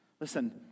Listen